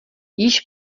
již